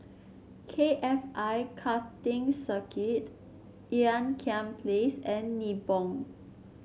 K F I Karting Circuit Ean Kiam Place and Nibong